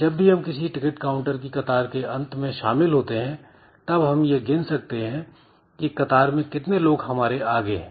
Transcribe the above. जब भी हम किसी टिकट काउंटर की कतार के अंत में शामिल होते हैं तब हम यह गिन सकते हैं की कतार में कितने लोग हमारे आगे हैं